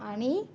आणि